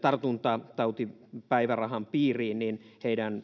tartuntatautipäivärahan piiriin niin heidän